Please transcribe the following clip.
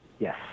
Yes